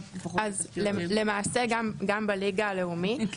למעשה גם בליגה הלאומית,